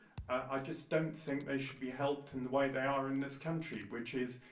i just don't think they should be helped in the way they are in this country, which is,